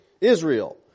Israel